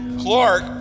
Clark